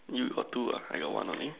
you got two ah I got one only